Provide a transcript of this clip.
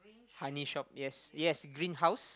honey shop yes yes green house